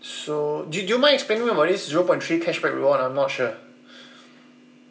so do do you mind explaining more about this zero point three cashback reward I'm not sure